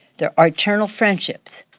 there are eternal friendships,